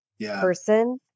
person